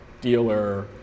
dealer